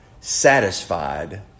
satisfied